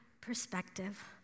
perspective